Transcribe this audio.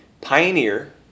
pioneer